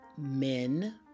men